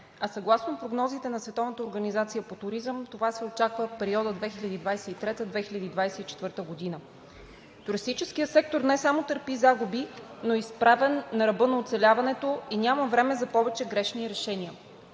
а съгласно прогнозите на Световната организация по туризъм, това се очаква в периода 2023 – 2024 г. Туристическият сектор не само търпи загуби, но е изправен на ръба на оцеляването и няма време за повече грешни решения.